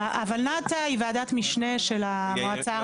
הולנת"ע היא וועדת משנה של המועצה הארצית.